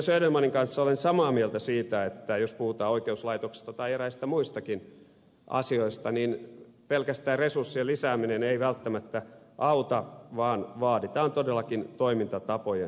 södermanin kanssa olen samaa mieltä siitä että jos puhutaan oikeuslaitoksesta tai eräistä muistakin asioista niin pelkästään resurssien lisääminen ei välttämättä auta vaan vaaditaan todellakin toimintatapojen kehittämistä